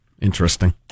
Interesting